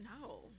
No